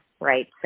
right